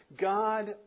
God